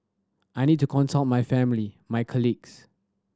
I need to consult my family my colleagues